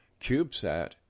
CubeSat